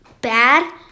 Bad